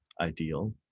ideal